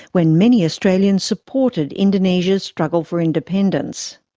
when many australians supported indonesia's struggle for independence.